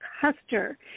Custer